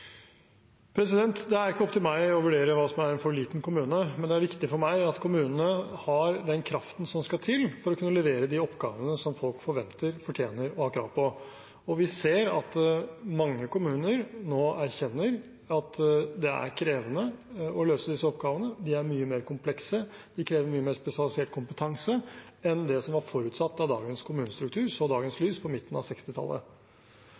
Det er ikke opp til meg å vurdere hva som er en for liten kommune, men det er viktig for meg at kommunene har den kraften som skal til for å kunne levere de oppgavene som folk forventer, fortjener og har krav på. Vi ser at mange kommuner nå erkjenner at det er krevende å løse disse oppgavene. De er mye mer komplekse, de krever mye mer spesialisert kompetanse enn det som var forutsatt da dagens kommunestruktur så dagens